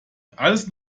alles